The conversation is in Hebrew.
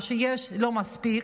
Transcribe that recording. או שיש לא מספיק,